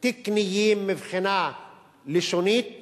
תקניים מבחינה לשונית